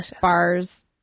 bars